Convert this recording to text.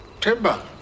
Timber